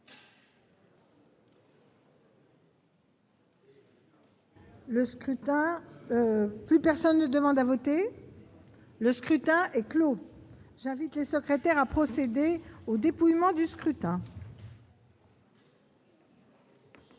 Le scrutin est clos. J'invite Mmes et MM. les secrétaires à procéder au dépouillement du scrutin.